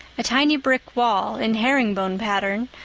a tiny brick wall, in herring-bone pattern,